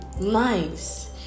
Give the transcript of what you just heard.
nice